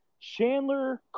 Chandler